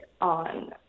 on